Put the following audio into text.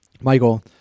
Michael